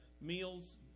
meals